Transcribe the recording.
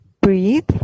breathe